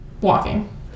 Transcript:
walking